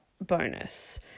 bonus